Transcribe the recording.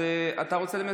אתה רוצה לנמק?